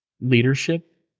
leadership